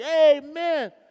amen